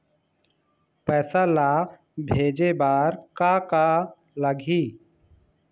पैसा ला भेजे बार का का लगही?